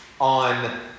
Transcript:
on